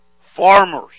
Farmers